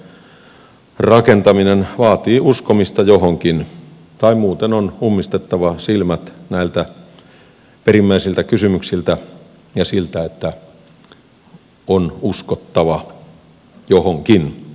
ehjän maailmankuvan rakentaminen vaatii uskomista johonkin tai muuten on ummistettava silmät näiltä perimmäisiltä kysymyksiltä ja siltä että on uskottava johonkin